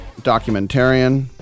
documentarian